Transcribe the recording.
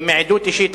מעדות אישית,